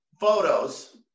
photos